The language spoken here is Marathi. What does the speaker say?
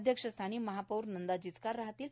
अध्यक्षस्थानी महा ौर नंदा जिचकार राहतील